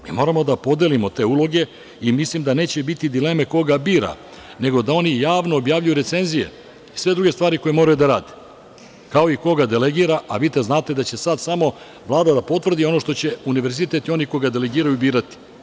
Mi moramo da podelimo te uloge i mislim da neće biti dileme ko ga bira, nego da oni javno objavljuju recenzije i sve druge stvari koje moraju da rade, kao i ko ga delegira, a vi da znate samo da će vama da potvrdi ono što će univerzitet i oni koji ga delegiraju birati.